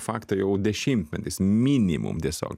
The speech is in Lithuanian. fakto jau dešimtmetis minimum tiesiog